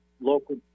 local